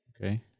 Okay